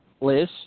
Liz